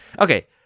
Okay